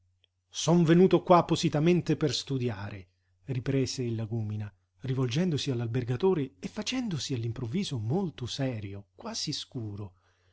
son venuto qua appositamente per studiare riprese il lagúmina rivolgendosi all'albergatore e facendosi all'improvviso molto serio quasi scuro